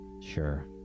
sure